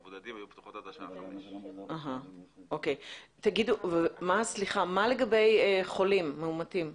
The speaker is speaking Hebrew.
פתוחות עד השעה 5:00. מה לגבי חולים מאומתים?